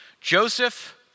Joseph